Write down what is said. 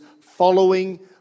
following